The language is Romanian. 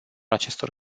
acestor